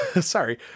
sorry